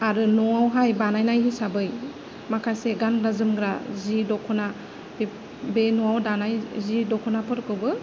आरो न'आवहाय बानायनाय हिसाबै माखासे गानग्रा जोमग्रा जि दख'ना बे बे न'आव दानाय जि दखनाफोरखौबो